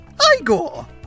Igor